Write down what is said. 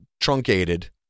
truncated